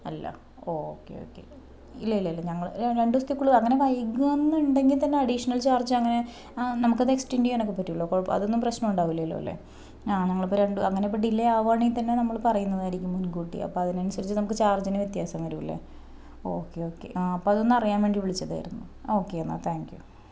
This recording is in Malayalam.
അല്ല ഓകെ ഓകെ ഇല്ല ഇല്ല ഞങ്ങൾ രണ്ടു ദിവസങ്ങൾക്കുള്ളിൽ അങ്ങനെ വൈകും എന്നിണ്ടെങ്കിൽ തന്നെ അഡീഷണൽ ചാർജ് അങ്ങനെ നമുക്ക് അത് എക്സ്റ്റൻഡ് ചെയ്യാനൊക്കെ പറ്റുമല്ലോ അതൊന്നും പ്രശ്നമുണ്ടാവില്ലാലോ അല്ലെ അ ഞങ്ങളിപ്പോൾ രണ്ട് അങ്ങനെ ഇപ്പോൾ ഡിലെ ആവുകയാണെങ്കിൽ തന്നെ നമ്മളിപ്പോ പറയുന്നതായിരിക്കും മുൻകൂട്ടി അപ്പോൾ നമുക്ക് അതിനനുസരിച്ച് ചാർജിന് വ്യത്യാസം വരും അല്ലേ ഒകെ ഒകെ അതൊന്നും അറിയാൻ വേണ്ടി വിളിച്ചതായിരുന്നു ഓക്കേ ഏന്നാൽ താങ്ക് യു